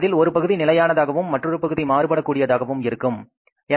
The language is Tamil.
அதில் ஒரு பகுதி நிலையானதாகவும் மற்றொரு பகுதி மாறுபடகூடியதாகவும் இருக்கும் சரியா